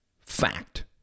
fact